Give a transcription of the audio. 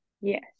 Yes